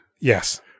Yes